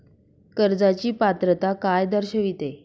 कर्जाची पात्रता काय दर्शविते?